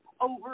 over